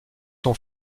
son